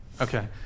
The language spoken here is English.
Okay